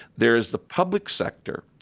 there is the public sector,